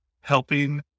helping